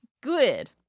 Good